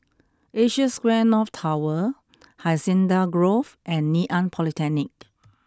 Asia Square North Tower Hacienda Grove and Ngee Ann Polytechnic